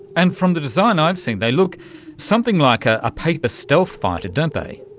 and from the design i've seen they look something like a paper stealth fighter, don't they.